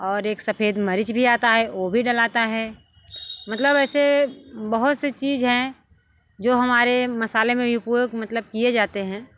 और एक सफ़ेद मरीच भी आता है वो भी डलाता है मतलब ऐसे बहुत से चीज़ हैं जो हमारे मसाले में उपयोग मतलब किए जाते हैं